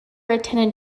attended